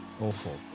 Awful